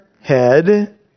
head